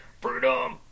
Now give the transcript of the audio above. Freedom